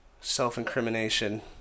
Self-incrimination